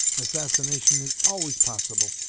assassination is always possible,